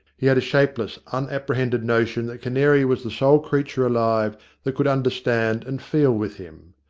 he had a shapeless, unapprehended notion that canary was the sole creature alive that could understand and feel with him.